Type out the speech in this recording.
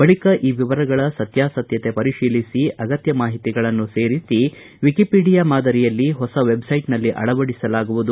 ಬಳಿಕ ಈ ವಿವರಗಳ ಸತ್ಯಾಸತ್ವತೆ ಪರಿಶೀಲಿಸಿ ಅಗತ್ತ ಮಾಹಿತಿಗಳನ್ನು ಸೇರಿಸಿ ವಿಕಿಪೀಡಿಯಾ ಮಾದರಿಯಲ್ಲಿ ಹೊಸ ವೆಬ್ಸೈಟ್ನಲ್ಲಿ ಅಳವಡಿಸಲಾಗುವುದು